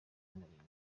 kumurinda